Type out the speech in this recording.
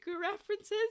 references